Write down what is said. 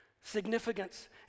Significance